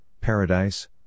Paradise